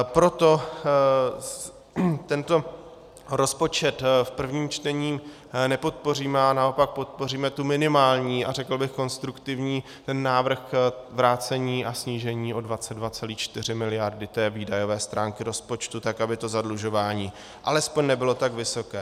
Proto tento rozpočet v prvním čtení nepodpoříme a naopak podpoříme ten minimální a řekl bych konstruktivní návrh na vrácení a snížení o 22,4 mld. výdajové stránky rozpočtu tak, aby to zadlužování alespoň nebylo tak vysoké.